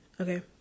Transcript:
okay